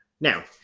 Now